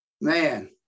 man